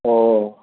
ꯑꯣ